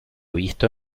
visto